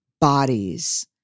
bodies